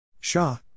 Shah